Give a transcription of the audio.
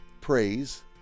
praise